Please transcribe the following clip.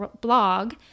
blog